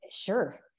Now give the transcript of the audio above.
Sure